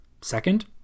Second